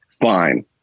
fine